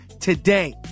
today